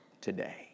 today